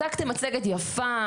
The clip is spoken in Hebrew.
הצגתם מצגת יפה,